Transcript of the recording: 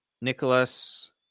Nicholas